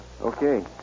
okay